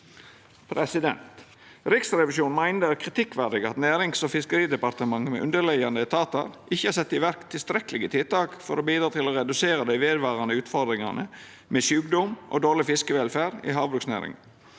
Riksrevisjonen meiner det er kritikkverdig at Nærings- og fiskeridepartementet med underliggjande etatar ikkje har sett i verk tilstrekkelege tiltak for å bidra til å redusera dei vedvarande utfordringane med sjukdom og dårleg fiskevelferd i havbruksnæringa.